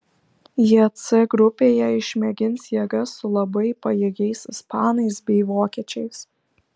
jie c grupėje išmėgins jėgas su labai pajėgiais ispanais bei vokiečiais